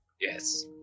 Yes